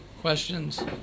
questions